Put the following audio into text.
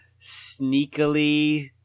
sneakily